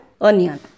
onion